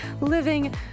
living